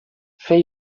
fer